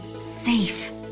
safe